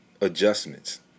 adjustments